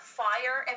fire